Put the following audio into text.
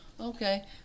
okay